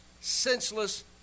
senseless